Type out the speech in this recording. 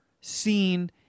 seen